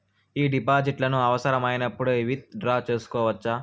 ఈ డిపాజిట్లను అవసరమైనప్పుడు విత్ డ్రా సేసుకోవచ్చా?